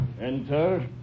Enter